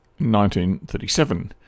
1937